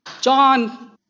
John